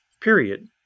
period